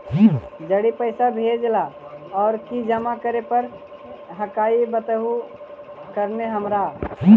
जड़ी पैसा भेजे ला और की जमा करे पर हक्काई बताहु करने हमारा?